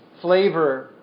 flavor